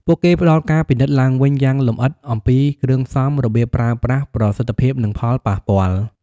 ពួកគេផ្តល់ការពិនិត្យឡើងវិញយ៉ាងលម្អិតអំពីគ្រឿងផ្សំ របៀបប្រើប្រាស់ ប្រសិទ្ធភាព និងផលប៉ះពាល់។